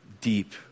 deep